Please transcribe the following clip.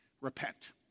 Repent